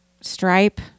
stripe